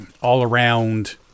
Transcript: all-around